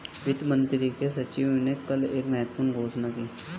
वित्त मंत्री के सचिव ने कल एक महत्वपूर्ण घोषणा की